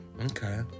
okay